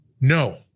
No